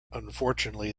unfortunately